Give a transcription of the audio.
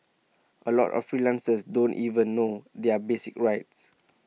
A lot of freelancers don't even know their basic rights